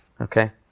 Okay